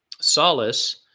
solace